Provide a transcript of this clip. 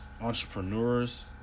entrepreneurs